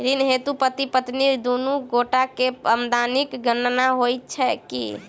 ऋण हेतु पति पत्नी दुनू गोटा केँ आमदनीक गणना होइत की?